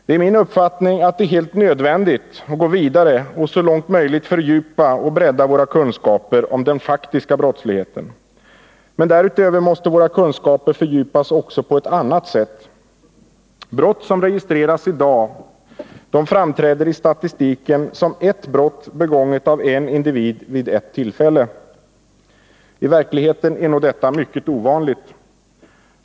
Det är min uppfattning att det är helt nödvändigt att gå vidare och så långt möjligt fördjupa och bredda våra kunskaper om den faktiska brottsligheten. Men därutöver måste våra kunskaper fördjupas också på ett annat sätt. Brott som registreras i dag framträder i statistiken som ett brott begånget av en individ vid ett tillfälle. I verkligheten är nog detta mycket ovanligt.